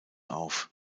auf